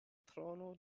trono